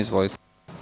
Izvolite.